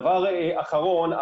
דבר אחרון.